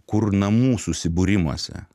kur namų susibūrimuose